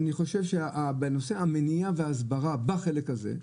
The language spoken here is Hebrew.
אני חושב שבנושא המניעה וההסברה בחלק הזה,